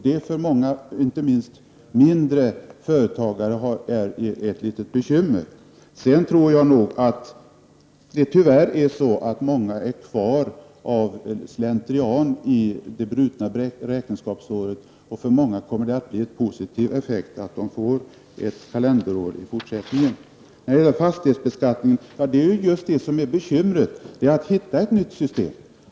Det är för många, inte minst för småföretagare, ett litet bekymmer. Tyvärr tror jag att många behåller det brutna räkenskapsåret av slentrian. För många kommer det att få en positiv effekt att gå över till kalenderår. Bekymret med fastighetbeskattningen är just att hitta ett nytt system.